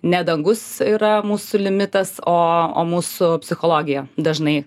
ne dangus yra mūsų limitas o o mūsų psichologija dažnai